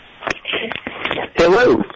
Hello